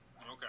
Okay